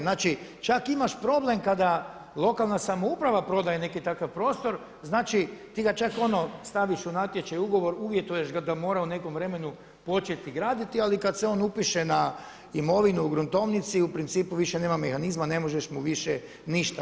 Znači čak imaš problem kada lokalna samouprava prodaje neki takav prostor znači ti ga čak ono staviš u natječaj, u ugovor, uvjetuješ ga da mora u nekom vremenu početi graditi ali kad se on upiše na imovinu u gruntovnici u principu više nema mehanizma, ne možeš mu više ništa.